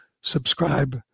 subscribe